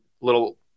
little